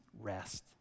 rest